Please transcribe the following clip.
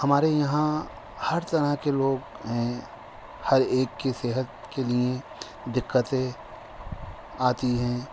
ہمارے یہاں ہر طرح کے لوگ ہیں ہر ایک کی صحت کے لیے دقتیں آتی ہیں